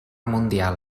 mundial